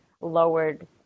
lowered